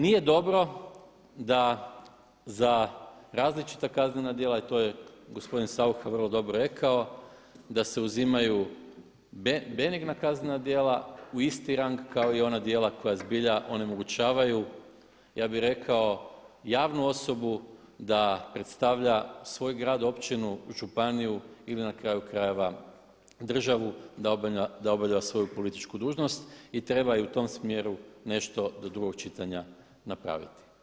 Nije dobro da za različita kaznena djela i to je gospodin Saucha vrlo dobro rekao da se uzimaju benigna kaznena djela u isti rang kao i ona djela koja zbilja onemogućavaju ja bi rekao javnu osobu da predstavlja svoj grad, općinu, županiju ili na kraju krajeva državu da obavlja svoju političku dužnost i treba u tom smjeru nešto do drugog čitanja napraviti.